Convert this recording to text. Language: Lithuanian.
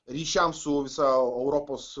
ryšiams su visa europos